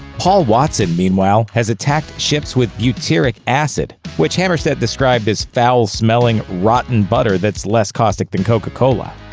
paul watson, meanwhile, has attacked ships with butyric acid, which hammarstedt described as foul-smelling rotten butter that's less caustic than coca-cola.